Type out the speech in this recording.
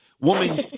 woman